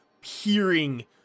peering